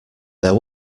there